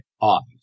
office